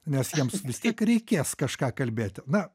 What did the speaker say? nes jiems vis tiek reikės kažką kalbėti na